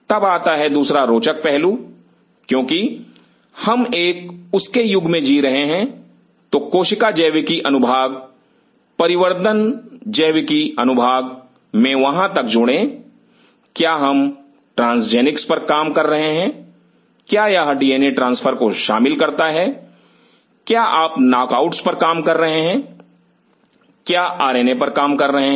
तब आता है दूसरा रोचक पहलू क्योंकि हम एक उसके युग में जी रहे हैं तो कोशिका जैविकी अनुभाग परिवर्धन जैविकी अनुभाग मे वहां तक जोड़ें क्या हम ट्रांसजेनिक्स पर काम कर रहे हैं क्या यह डीएनए ट्रांसफर को शामिल करता है क्या आप नॉकआउटस पर काम कर रहे हैं क्या आरएनए पर काम कर रहे हैं